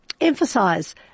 emphasize